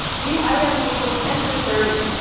viewitems equals ten through thirty.